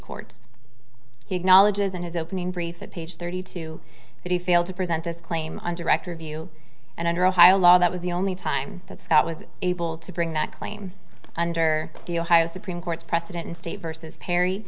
courts he acknowledges in his opening brief that page thirty two that he failed to present this claim on director view and under ohio law that was the only time that scott was able to bring that claim under the ohio supreme court's precedent in state versus perry